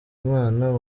imana